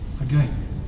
Again